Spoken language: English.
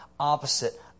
opposite